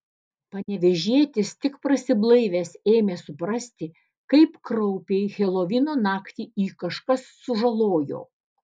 panevėžietis tik prasiblaivęs ėmė suprasti kaip kraupiai helovino naktį jį kažkas sužalojo